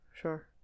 Sure